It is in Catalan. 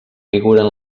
figuren